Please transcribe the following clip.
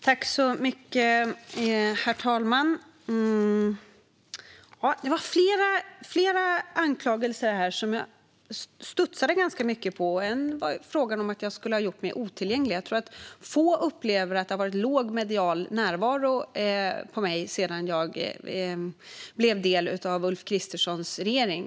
Herr talman! Det var flera anklagelser här som jag studsade ganska mycket inför. En var att jag skulle ha gjort mig otillgänglig. Jag tror att få upplever att jag har haft låg medial närvaro sedan jag blev en del av Ulf Kristerssons regering.